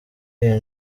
iyi